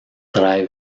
trae